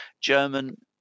german